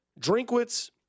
Drinkwitz